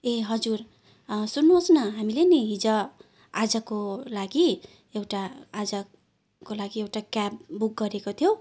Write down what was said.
ए हजुर सुन्नुहोस् न हामीले नि हिजो आजको लागि एउटा आजको लागि एउटा क्याब बुक गरेको थियौँ